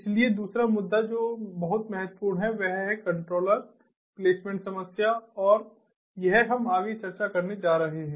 इसलिए दूसरा मुद्दा जो बहुत महत्वपूर्ण है वह है कंट्रोलर प्लेसमेंट समस्या और यह हम आगे चर्चा करने जा रहे हैं